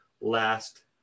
last